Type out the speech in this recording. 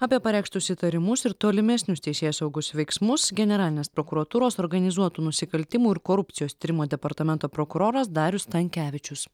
apie pareikštus įtarimus ir tolimesnius teisėsaugos veiksmus generalinės prokuratūros organizuotų nusikaltimų ir korupcijos tyrimo departamento prokuroras darius stankevičius